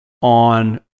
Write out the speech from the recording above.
on